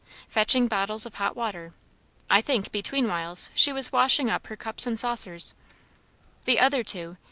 fetching bottles of hot water i think, between whiles, she was washing up her cups and saucers the other two,